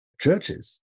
churches